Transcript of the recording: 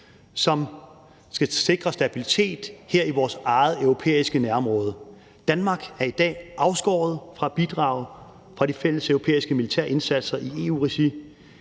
som skal sikre stabilitet her i vores eget europæiske nærområde. Danmark er i dag afskåret fra at bidrage til de fælles europæiske militære indsatser i EU-regi,